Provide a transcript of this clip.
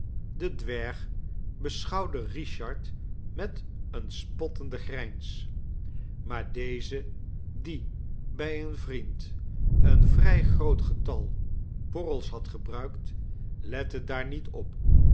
de dwerg beschouwde richard met een spottenden grijns maar deze die bij een vriend een vrij groot getal borrels had gebruikt lette daar niet op